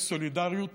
את הסולידריות